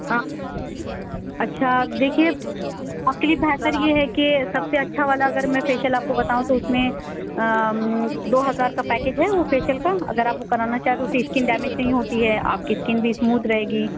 ہاں اچھا دیکھیے آپ کے لیے بہتر یہ ہے کہ سب سے اچھا والا اگر میں فیشیل آپ بتاؤں تو اُس میں دو ہزار کا پیکیج ہے وہ فیشیل کا اگر آپ وہ کرانا چاہیں تو اُس سے اسکن ڈیمیج نہیں ہوتی ہے آپ کی اسکن بھی اسموتھ رہے گی